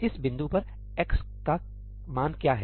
इस बिंदु पर x का मान क्या है